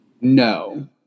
No